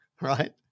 right